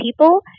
people